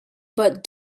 but